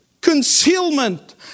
concealment